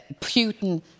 Putin